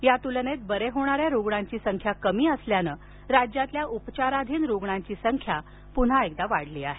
या तुलनेत बरे होणाऱ्या रुग्णांची संख्या कमी असल्यानं राज्यातल्या उपचाराधीन रुग्णांची संख्या पुन्हा वाढली आहे